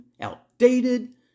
outdated